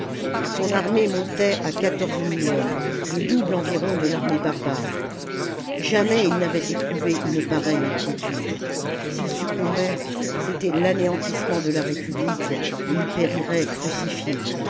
son armée montait à quatorze mille hommes le double environ de l'armée barbare jamais il n'avait éprouvé une pareille inquiétude s'il succombait c'était l'anéantissement de la république et il périrait crucifié